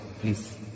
Please